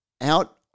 out